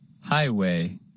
Highway